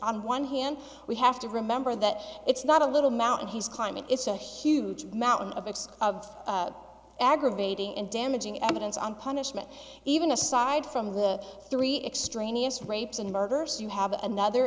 on one hand we have to remember that it's not a little mountain he's climbing it's a huge mountain of x of aggravating and damaging evidence on punishment even aside from the three extraneous rapes and murders you have another